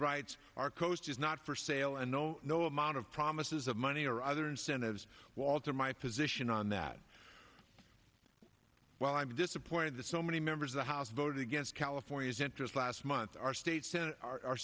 writes our coast is not for sale and no no amount of promises of money or other incentives walter my position on that well i'm disappointed that so many members of the house voted against california's interest last month our states and our